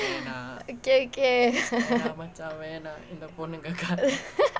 okay okay